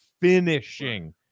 Finishing